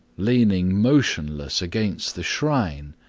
leaning motionless against the shrine.